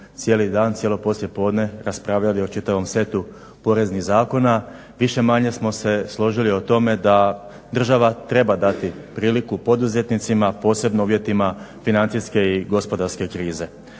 Jučer smo cijelo poslijepodne raspravljali o čitavom setu poreznih zakona. Više-manje smo se složili o tome da država treba dati priliku poduzetnicima posebno u uvjetima financijske i gospodarske krize.